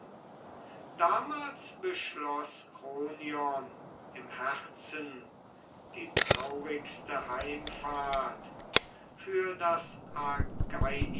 damals beschloß kronion im herzen die traurigste heimfahrt für das